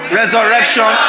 resurrection